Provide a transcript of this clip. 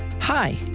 Hi